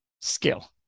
skill